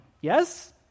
Yes